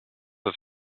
are